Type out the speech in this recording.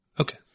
Okay